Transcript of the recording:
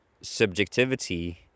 subjectivity